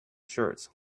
shirts